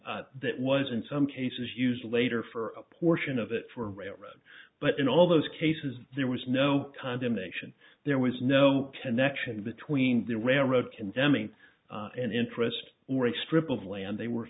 that was in some cases used later for a portion of it for railroad but in all those cases there was no condemnation there was no connection between the railroad condemning an interest or a strip of land they were